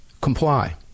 Comply